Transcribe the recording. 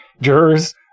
jurors